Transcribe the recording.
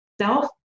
self